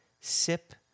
sip